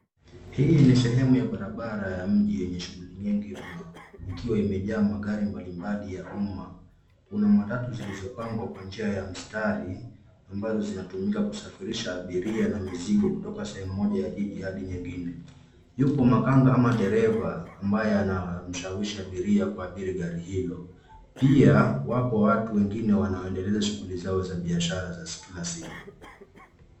Hii ni sehemu ya barabra ya mji yenye shughuli nyingi mno, ikiwa imejaa magari mbalimbali ya umma. Kuna matatu zilizopangwa kwa mistari ambazo zinatumika kusafirisha abiria na mizigo kutoka sehemu moja ya jiji hadi nyingine. Yupo makannga au dereva ambaya anamshawishi abiria kuabiri gari hilo. Pia wapo watu wengine wanaondeleza shughuli zao za biashara za kila siku.